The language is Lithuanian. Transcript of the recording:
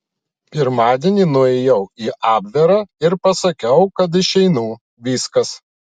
pirmadienį nuėjau į abverą ir pasakiau kad išeinu viskas